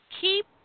Keep